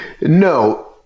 no